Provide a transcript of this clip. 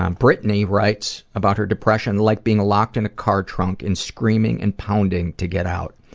um brittany writes about her depression like being locked in a car trunk and screaming and pounding to get out.